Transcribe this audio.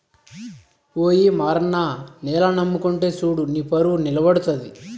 ఓయి మారన్న నేలని నమ్ముకుంటే సూడు నీపరువు నిలబడతది